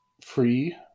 free